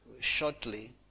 shortly